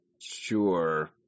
Sure